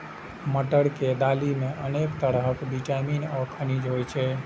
मटर के दालि मे अनेक तरहक विटामिन आ खनिज होइ छै